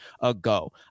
ago